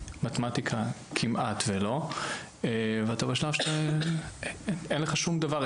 מתמטיקה כמעט ולא ואתה בשלב שאתה אין לך שום דבר,